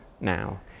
now